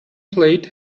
played